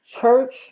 church